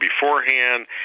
beforehand